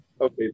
Okay